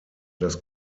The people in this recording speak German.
das